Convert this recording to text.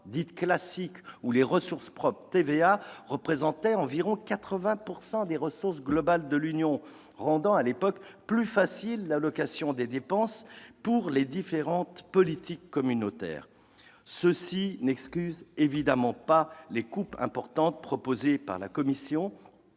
dites « classiques » et de TVA représentaient environ 80 % des ressources globales de l'Union, rendant plus facile l'allocation des dépenses pour les différentes politiques communautaires. Cela n'excuse évidemment pas les coupes importantes proposées par la Commission